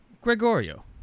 Gregorio